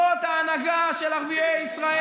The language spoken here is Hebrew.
זאת ההנהגה של ערביי ישראל.